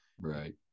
Right